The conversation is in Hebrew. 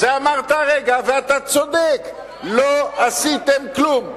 את זה אמרת כרגע, ואתה צודק, לא עשיתם כלום.